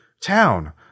town